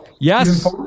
Yes